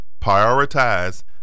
Prioritize